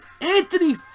Anthony